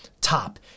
top